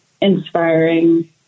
inspiring